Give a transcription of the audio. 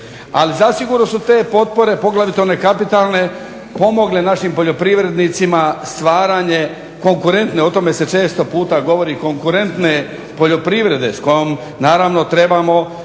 Ali zasigurno su te potpore poglavito one kapitalne pomogle našim poljoprivrednicima stvaranje konkurentne o tome se često puta govori konkurentne poljoprivrede s kojom naravno trebamo